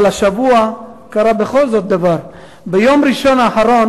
אבל השבוע קרה בכל זאת דבר: ביום ראשון האחרון